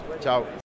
ciao